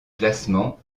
classements